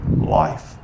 life